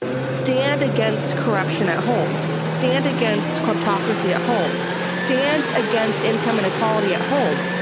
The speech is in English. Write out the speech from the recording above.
stand against corruption at home. stand against kleptocracy at home. stand against income inequality at home,